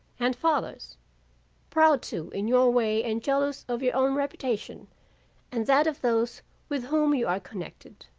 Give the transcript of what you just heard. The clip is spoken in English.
and fathers proud, too, in your way and jealous of your own reputation and that of those with whom you are connected.